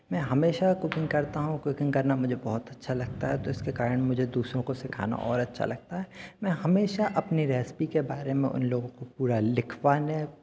मैं हमेशा कुकिंग करता हूं कुकिंग करना मुझे बहुत अच्छा लगता है तो इसके कारण मुझे दूसरों को सिखाना और अच्छा लगता है मैं हमेशा अपनी रेसिपी के बारे में उन लोगों को पूरा लिखवाने